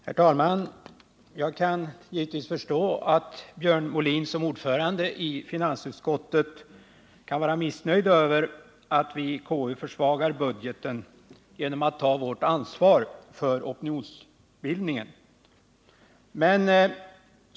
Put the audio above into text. Herr talman! Jag kan givetvis förstå att Björn Molin som ordförande i finansutskottet kan vara missnöjd över att vi i konstitutionsutskottet försvagar budgeten genom att ta vårt ansvar för opinionsbildningen.